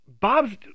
Bob's